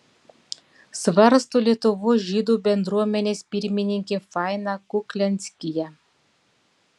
svarsto lietuvos žydų bendruomenės pirmininkė faina kuklianskyje